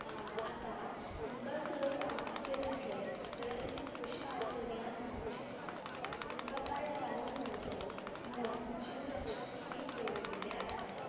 आतां तुमकां जर नावपाचें दिसलें जाल्यार तुमी खुशाल दरयान न्हावूं शकता तुमकां कांय जावूं नजो म्हण जीवरक्षकीय दवरिले आसात